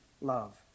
love